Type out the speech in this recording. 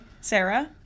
Sarah